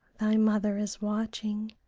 thy mother is watching,